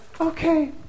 Okay